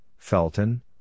Felton